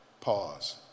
Pause